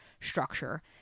structure